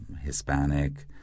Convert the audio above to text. Hispanic